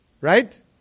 Right